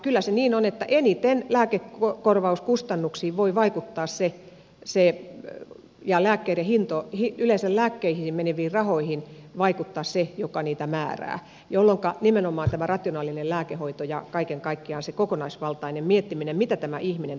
kyllä se niin on että eniten lääkekorvauskustannuksiin voi vaikuttaa ja yleensä lääkkeisiin meneviin rahoihin vaikuttaa se joka niitä määrää jolloinka pitää olla nimenomaan tämä rationaalinen lääkehoito ja kaiken kaikkiaan se kokonaisvaltainen miettiminen mitä tämä ihminen tarvitsee